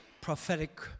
prophetic